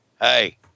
Hey